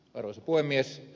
arvoisa puhemies